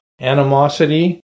animosity